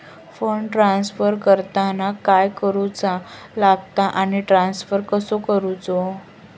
Fund transfer करताना काय करुचा लगता आनी ट्रान्स्फर कसो करूचो?